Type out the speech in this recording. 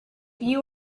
you